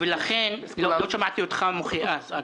לא שמעתי אותך מוחה על זה.